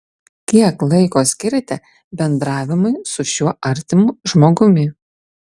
kiek laiko skiriate bendravimui su šiuo artimu žmogumi